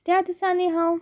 त्या दिसांनी हांव